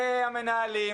מהמנהלים.